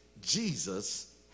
Jesus